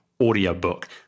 audiobook